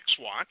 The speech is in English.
watch